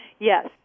Yes